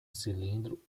cilindro